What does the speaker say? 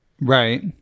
Right